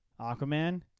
Aquaman